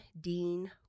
Dean